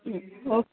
ம் ஓ